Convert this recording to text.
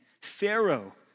Pharaoh